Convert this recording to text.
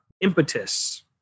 impetus